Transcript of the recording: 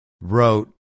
wrote